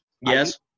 yes